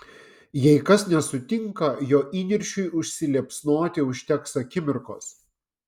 jei kas nesutinka jo įniršiui užsiliepsnoti užteks akimirkos